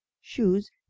shoes